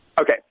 Okay